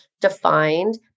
defined